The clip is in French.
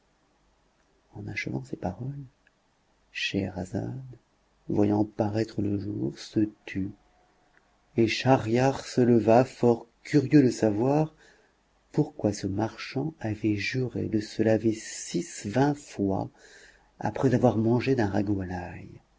en achevant ces paroles scheherazade voyant paraître le jour se tut et schahriar se leva fort curieux de savoir pourquoi ce marchand avait juré de se laver six vingts fois après avoir mangé d'un ragoût à